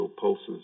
pulses